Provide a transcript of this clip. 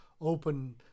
open